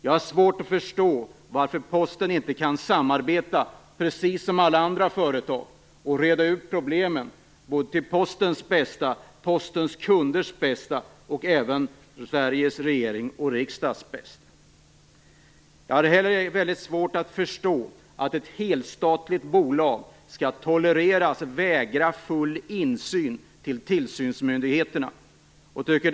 Jag har svårt att förstå varför Posten inte kan samarbeta, precis som alla andra företag, och reda ut problemen, till Postens bästa, till Postens kunders bästa och även till Sveriges regerings och riksdags bästa. Jag har också väldigt svårt att förstå att vi skall tolerera att ett helstatligt bolag vägrar tillsynsmyndigheterna full insyn.